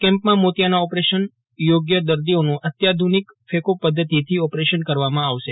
કેમ્પમાં મોતિયાના ઓપરેશન ચોગ્ય દર્દીઓનું અત્યાધુ નિક ફેકો પદ્વતિથી ઓપરેશન કરવામાં આવશે